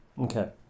okay